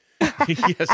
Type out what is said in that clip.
Yes